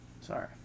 sorry